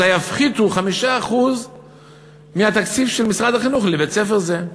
אזי יפחיתו 5% מהתקציב של משרד החינוך לבית-ספר זה.